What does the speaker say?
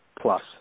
plus